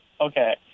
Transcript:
Okay